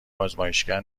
آزمایشگر